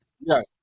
Yes